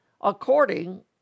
according